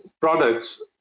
products